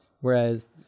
whereas